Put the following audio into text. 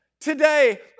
today